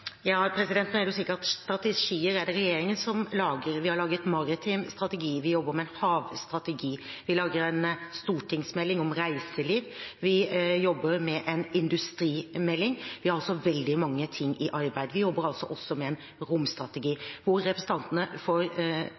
Nå er det slik at strategier er det regjeringen som lager. Vi har laget en maritim strategi, vi jobber med en havstrategi, vi lager en stortingsmelding om reiseliv, vi jobber med en industrimelding, vi har veldig mange ting i arbeid, og vi jobber altså også med en romstrategi. Hvor representantene